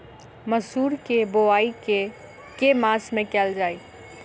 मसूर केँ बोवाई केँ के मास मे कैल जाए?